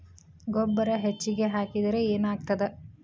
ಗೊಬ್ಬರ ಹೆಚ್ಚಿಗೆ ಹಾಕಿದರೆ ಏನಾಗ್ತದ?